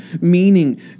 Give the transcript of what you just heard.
meaning